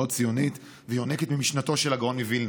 מאוד ציונית, ויונקת ממשנתו של הגאון מווילנה.